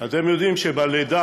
אתם יודעים שבלידה,